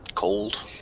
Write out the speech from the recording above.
Cold